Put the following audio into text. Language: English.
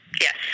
Yes